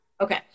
Okay